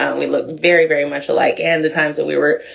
ah and we look very, very much alike and the times that we were,